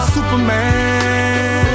Superman